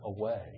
away